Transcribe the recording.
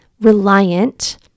reliant